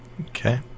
Okay